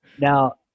Now